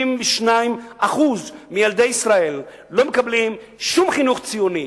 62% מילדי ישראל לא מקבלים שום חינוך ציוני,